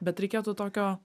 bet reikėtų tokio